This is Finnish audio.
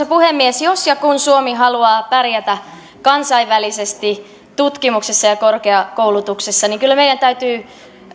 puhemies jos ja kun suomi haluaa pärjätä kansainvälisesti tutkimuksessa ja korkeakoulutuksessa niin kyllä meidän täytyy